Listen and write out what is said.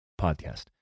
podcast